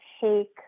take